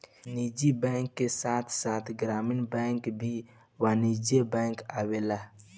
निजी बैंक के साथ साथ ग्रामीण बैंक भी वाणिज्यिक बैंक आवेला